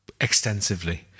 extensively